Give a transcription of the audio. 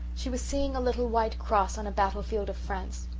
she was seeing a little white cross on a battlefield of france.